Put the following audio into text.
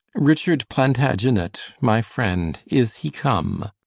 richard plantagenet, my friend, is he come?